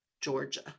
Georgia